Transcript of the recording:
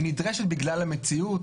היא נדרשת בגלל המציאות,